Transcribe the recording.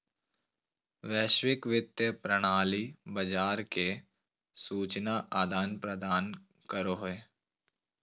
वैश्विक वित्तीय प्रणाली बाजार के सूचना आदान प्रदान करो हय